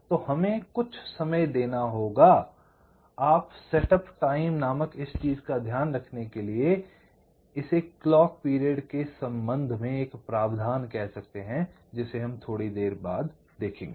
तो हमें कुछ समय देना होगा आप सेटअप टाइम नामक इस चीज़ का ध्यान रखने के लिए इसे क्लॉक पीरियड के संबंध में प्रावधान कह सकते हैं यह हम थोड़ी देर के बाद में देखेंगे